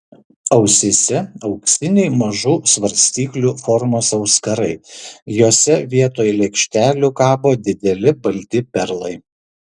ausyse auksiniai mažų svarstyklių formos auskarai jose vietoj lėkštelių kabo dideli balti perlai